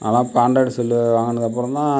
நான்லாம் இப்போ Android cell வாங்கினதுக்கு அப்பறந்தான்